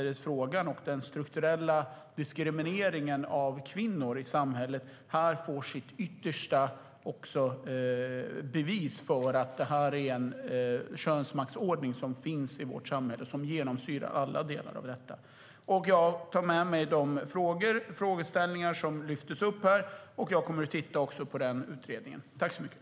Den strukturella diskrimineringen av kvinnor i samhället får här sitt yttersta bevis för att det är en könsmaktsordning som genomsyrar alla delar av vårt samhälle. Jag tar med mig de frågor som har lyfts upp här, och jag kommer att titta på utredningen.